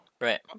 Right